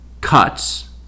cuts